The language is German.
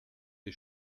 die